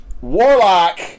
Warlock